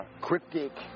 cryptic